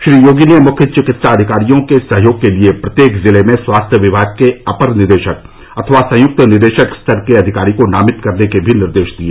श्री योगी ने मुख्य चिकित्सा अधिकारियों के सहयोग के लिए प्रत्येक जिले में स्वास्थ्य विभाग के अपर निदेशक अथवा संयुक्त निदेशक स्तर के अधिकारी को नामित करने के भी निर्देश दिए